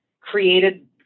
created